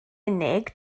unig